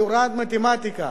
על הוראת מתמטיקה,